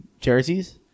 jerseys